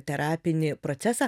terapinį procesą